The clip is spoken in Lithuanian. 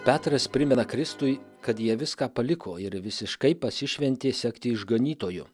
petras primena kristui kad jie viską paliko ir visiškai pasišventė sekti išganytoju